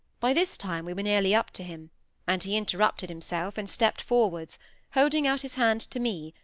by this time we were nearly up to him and he interrupted himself and stepped forwards holding out his hand to me,